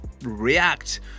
react